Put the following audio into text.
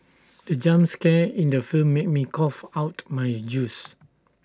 the jump scare in the film made me cough out my juice